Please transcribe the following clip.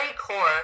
core